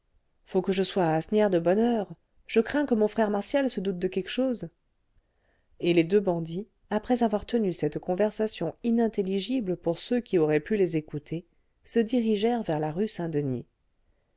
faut que je sois à asnières de bonne heure je crains que mon frère martial se doute de quelque chose et les deux bandits après avoir tenu cette conversation inintelligible pour ceux qui auraient pu les écouter se dirigèrent vers la rue saint-denis